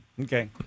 Okay